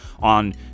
On